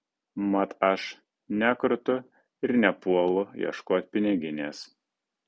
mat aš nekrutu ir nepuolu ieškot piniginės